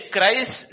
Christ